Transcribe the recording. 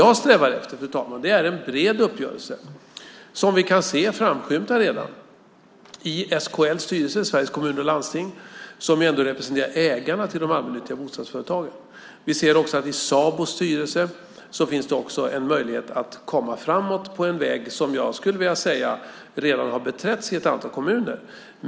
Jag strävar efter en bred uppgörelse som vi redan kan se framskymta i Sveriges Kommuner och Landstings styrelse, som representerar ägarna till de allmännyttiga bostadsföretagen. Det finns också en möjlighet att komma framåt i Sabos styrelse på en väg som jag skulle vilja säga redan har beträtts i ett antal kommuner.